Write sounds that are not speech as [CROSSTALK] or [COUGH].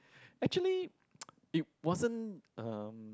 actually [NOISE] it wasn't um